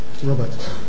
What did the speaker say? Robert